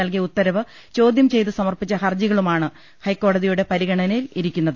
നല്കിയ ഉത്തരവ് ചോദ്യം ചെയ്ത് സമർപ്പിച്ച ഹർജികളുമാണ് ഹൈക്കോടതിയുടെ പരിഗ ണനയിലിരിക്കുന്നത്